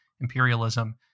imperialism